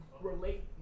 relate